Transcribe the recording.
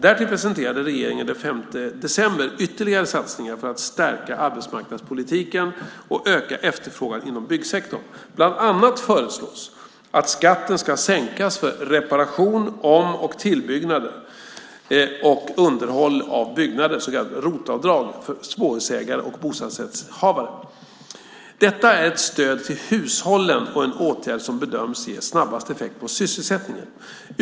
Därtill presenterade regeringen den 5 december ytterligare satsningar för att stärka arbetsmarknadspolitiken och öka efterfrågan inom byggsektorn. Bland annat föreslås att skatten ska sänkas för reparation, om eller tillbyggnader och underhåll av byggnader, så kallat ROT-avdrag, för småhusägare och bostadsrättshavare. Detta är ett stöd till hushållen och en åtgärd som bedöms ge snabbast effekt på sysselsättningen.